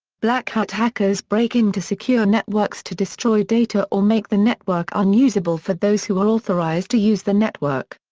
black hat hackers break into secure networks to destroy data or make the network unusable for those who are authorized to use the network.